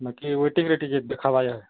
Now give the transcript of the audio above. ବାକି ୱେଟିଂରେ ଟିକେ ଦେଖିବା